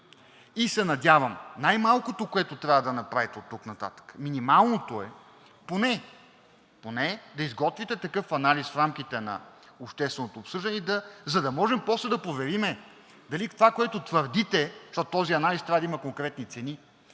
и се надявам най-малкото, което трябва да направите оттук нататък, минималното е поне да изготвите такъв анализ в рамките на общественото обсъждане, за да можем после да проверим дали това, което твърдите, защото този анализ трябва да има конкретни цени,